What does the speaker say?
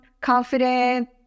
confident